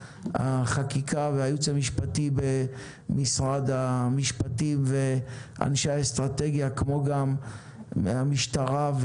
בייעוץ המשפטי במשרד המשפטים ואנשי האסטרטגיה כמו גם המשטרה,